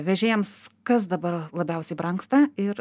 vežėjams kas dabar labiausiai brangsta ir